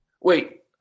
Wait